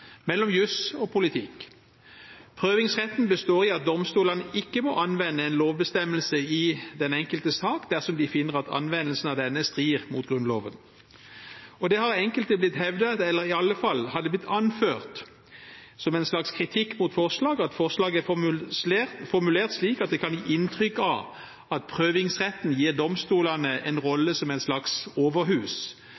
mellom jus og politikk. Prøvingsretten består i at domstolene ikke må anvende en lovbestemmelse i den enkelte sak dersom de finner at anvendelsen av denne strider med Grunnloven. Det har av enkelte blitt hevdet – iallfall har det blitt anført som en slags kritikk mot forslaget – at forslaget er formulert slik at det kan gi inntrykk av at prøvingsretten gir domstolene en rolle som et slags overhus,